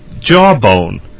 jawbone